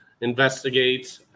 investigate